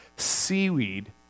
Seaweed